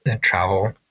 travel